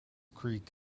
creek